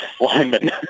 linemen